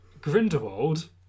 Grindelwald